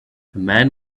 man